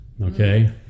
Okay